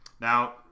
Now